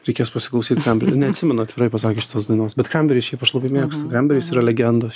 reikės pasiklausyt ką neatsimenu atvirai pasakius šitos dainos bet cranberries šiaip aš labai mėgstu cranberries yra legendos